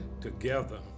together